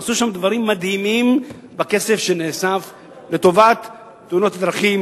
עשו שם דברים מדהימים בכסף שנאסף לטובת מלחמה בתאונות הדרכים,